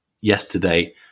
yesterday